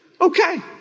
Okay